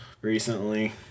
recently